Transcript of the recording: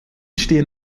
stehen